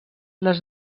les